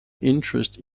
interest